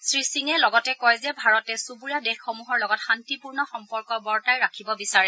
শ্ৰীসিঙে কয় যে ভাৰতে চুবুৰীয়া দেশসমূহৰ লগত শান্তিপূৰ্ণ সম্পৰ্ক বৰ্তাই ৰাখিব বিচাৰে